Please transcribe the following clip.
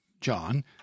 John